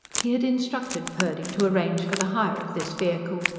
he had instructed purdy to arrange for the hire of this vehicle,